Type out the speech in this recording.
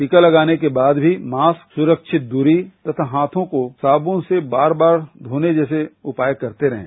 टीका लगाने के बाद भी मास्क सुरक्षित दूरी तथा हाथों को साबुन से बार बार धोने जैसे उपाय करते रहें